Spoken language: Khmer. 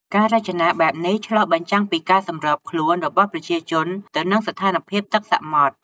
ការរចនាបែបនេះឆ្លុះបញ្ចាំងពីការសម្របខ្លួនរបស់ប្រជាជនទៅនឹងស្ថានភាពទឹកសមុទ្រ។